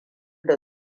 da